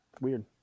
Weird